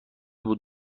بود